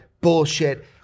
bullshit